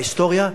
בהיסטוריה,